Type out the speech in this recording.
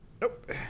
Nope